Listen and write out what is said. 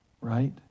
right